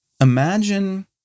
imagine